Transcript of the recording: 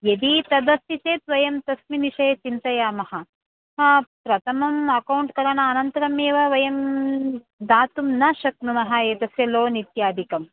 यदि तदस्ति चेत् वयं तस्मिन् विषये चिन्तयामः प्रथमम् अकौण्ट् करण अनन्तरमेव वयं दातुं न शक्नुमः एतस्य लोन् इत्यादिकं